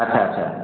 ଆଚ୍ଛା ଆଚ୍ଛା